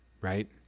Right